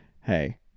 hey